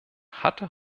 hatte